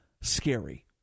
scary